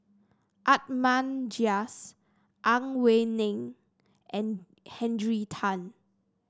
Ahmad Jais Ang Wei Neng and Henry Tan